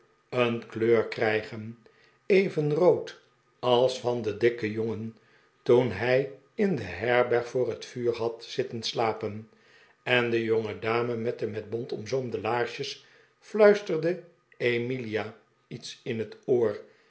een kleur krijgen even rood als van den dikken jongen toen hij in de herberg voor het vuur had zitten slapen en de jongedame met de met bont omzoomde laarsjes fluisterde emilia iets in het oor